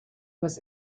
was